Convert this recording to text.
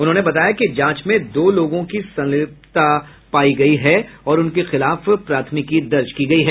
उन्होंने बताया कि जांच में दो लोगों की संलिप्तता पायी गयी है और उनके खिलाफ प्राथमिकी दर्ज की गयी है